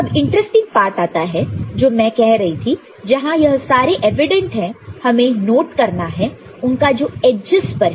अब interesting part आता है जो मैं कह रही थी जहां यह सारे एवीडेंट है हमें नोट करना है उनका जो एडजस पर है